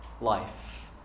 life